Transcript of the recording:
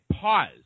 pause